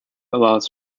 allows